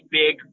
big